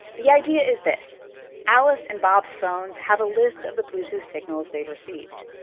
the idea is this alice and bob's phones have a list of the bluetooth signals they've received.